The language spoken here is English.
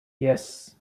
yes